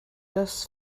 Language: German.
das